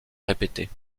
répétée